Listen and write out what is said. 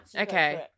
Okay